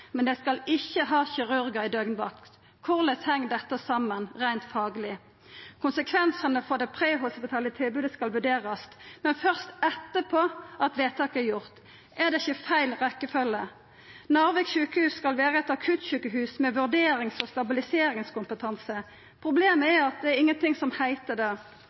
men det skal ikkje ha kirurgar i døgnvakt. Korleis heng dette saman reint fagleg? Konsekvensane for det prehospitale tilbodet skal vurderast, men først etter at vedtaket er gjort. Er ikkje det feil rekkjefølgje? Narvik sjukehus skal vera eit akuttsjukehus med vurderings- og stabiliseringskompetanse. Problemet er at det er ingenting som heiter det.